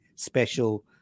Special